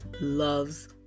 loves